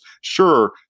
Sure